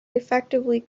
effectively